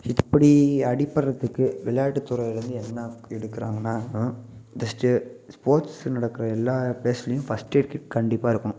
இப்படி அடிபடுறதுக்கு விளையாட்டுத்துறையில என்ன எடுக்குறாங்கனா ஜஸ்ட்டு ஸ்போர்ட்ஸ் நடக்குற எல்லா பிளேஸ்லயும் ஃபர்ஸ்ட் எயிட் கண்டிப்பாக இருக்கும்